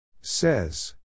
Says